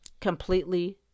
Completely